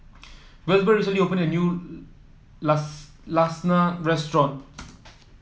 Wilbur recently opened a new Lasagna restaurant